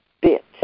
bit